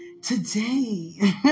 today